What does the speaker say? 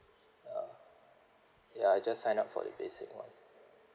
uh ya I just sign up for the basic one